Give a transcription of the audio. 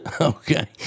Okay